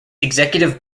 executive